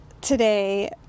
today